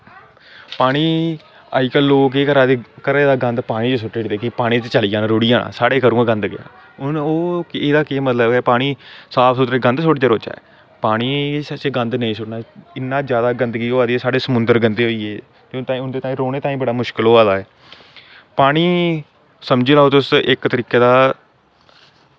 पानी अज्जकल लोग केह् करा दे घरै दा गंद पानी च सुट्टी ओड़दे की पानी च रुढ़ी जाह्ग साढ़ेआ गेआ गंद हून ओह्दा केह् मतलब ऐ साफ सूथरे ते गंद सुट्टदे रौह्चे पानी च गंद नेईं सुट्टना इन्नी जादा गंदगी होआ दी ऐ साढ़े समुंद्र गंदे होआ दे ते उंदे ताहीं रौह्ने ताहीं मुशककल होआ दा ऐ पानी समझी लैओ तुस की इक्क तरीकै दा